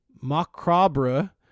macabre